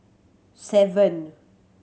seven